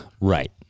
Right